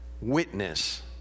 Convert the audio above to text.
witness